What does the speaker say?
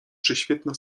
prześwietna